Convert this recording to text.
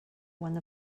one